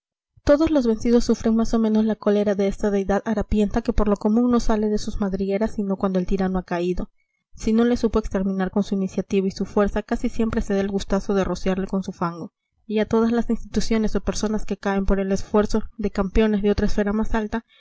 todos los vencidos sufren más o menos la cólera de esta deidad harapienta que por lo común no sale de sus madrigueras sino cuando el tirano ha caído si no le supo exterminar con su iniciativa y su fuerza casi siempre se da el gustazo de rociarle con su fango y a todas las instituciones o personas que caen por el esfuerzo de campeones de otra esfera más alta